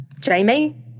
Jamie